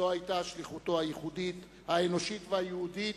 זו היתה שליחותו הייחודית, האנושית והיהודית,